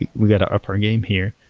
and we got ah up our game here,